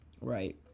right